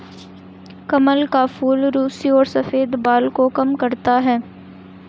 कमल का फूल रुसी और सफ़ेद बाल को कम करता है